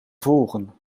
volgen